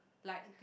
like